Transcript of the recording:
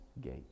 gate